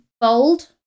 bold